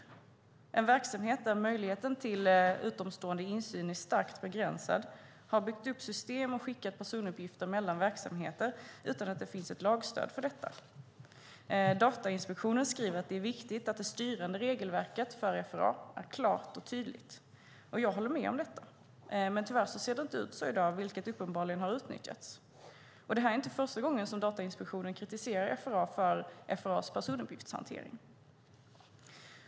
Det är en verksamhet, där möjligheten till utomstående insyn är starkt begränsad, som har byggt upp system och skickat personuppgifter mellan verksamheter utan att det finns ett lagstöd för det. Datainspektionen skriver att det är viktigt att det styrande regelverket för FRA är klart och tydligt. Jag håller med om detta. Men tyvärr är det inte så i dag, vilket uppenbarligen utnyttjas. Detta är inte första gången som Datainspektionen kritiserar FRA:s personuppgiftshantering.